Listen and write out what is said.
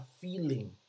feeling